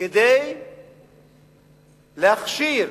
כדי להכשיר